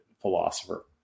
philosopher